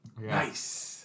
nice